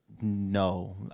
No